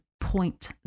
point